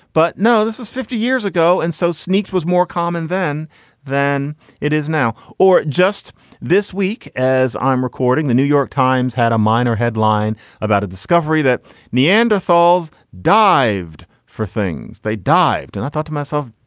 but no, this was fifty years ago and so sneaks was more common then than it is now or just this week as i'm recording, the new york times had a minor headline about a discovery that neanderthals dived for things they dived and i thought to myself,